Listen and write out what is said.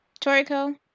Toriko